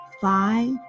five